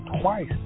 twice